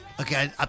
Okay